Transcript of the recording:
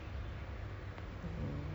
on money now